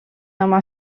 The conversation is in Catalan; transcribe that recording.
demà